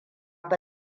ba